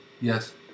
Yes